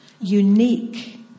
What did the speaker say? unique